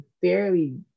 fairly